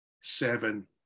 seven